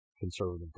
conservative